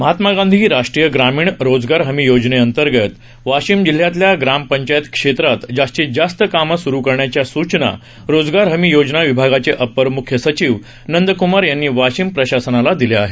महात्मा गांधी राष्ट्रीय ग्रामीण रोजगार हमी योजनेंतर्गत वाशिम जिल्ह्यातल्या ग्रामपंचायत क्षेत्रात जास्तीत जास्त कामे सूरु करण्याच्या सूचना रोजगार हमी योजना विभागाचे अपर मूख्य सचिव नंद कुमार यांनी वाशिम प्रशासनाला दिल्या आहेत